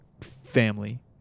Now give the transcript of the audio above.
family